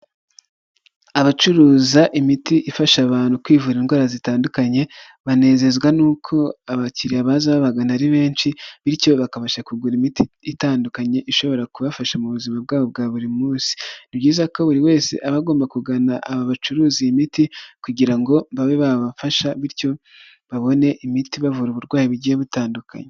Abacuruza imiti ifasha abantu kwivura indwara zitandukanye, banezezwa n'uko abakiriya baza babagana ari benshi bityo bakabasha kugura imiti itandukanye ishobora kubafasha mu buzima bwabo bwa buri munsi. Ni byiza ko buri wese aba agomba kugana aba bacuruza iyi miti kugira ngo babe babafasha bityo babone imiti ibavura uburwayi bugiye butandukanye.